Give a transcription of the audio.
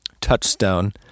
Touchstone